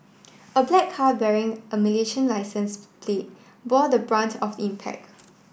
a black car bearing a Malaysian licence plate bore the brunt of the impact